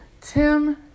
Tim